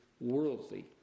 worldly